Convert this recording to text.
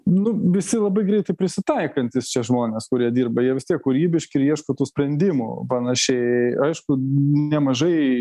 nu visi labai greitai prisitaikantys čia žmonės kurie dirba jie vis tiek kūrybiški ir ieško tų sprendimų panašiai aišku nemažai